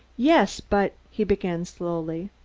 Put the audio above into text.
yes, but he began slowly.